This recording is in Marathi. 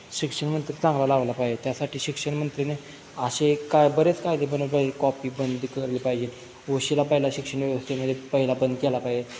शिक्षण मंत्री चांगला लाभला पाहिजे त्यासाठी शिक्षण मंत्र्यांने असे काय बरेच कायदे बनवले पाहिजे कॉपी बंद केली पाहिजे वशिला पहिला शिक्षण व्यवस्थेमध्ये पहिला बंद केला पाहिजे